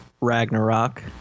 Ragnarok